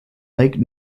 lake